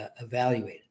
evaluated